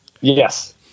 Yes